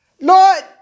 Lord